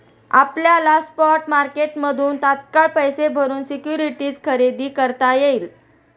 आपल्याला स्पॉट मार्केटमधून तात्काळ पैसे भरून सिक्युरिटी खरेदी करता येईल